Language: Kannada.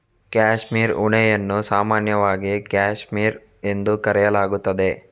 ಕ್ಯಾಶ್ಮೀರ್ ಉಣ್ಣೆಯನ್ನು ಸಾಮಾನ್ಯವಾಗಿ ಕ್ಯಾಶ್ಮೀರ್ ಎಂದು ಕರೆಯಲಾಗುತ್ತದೆ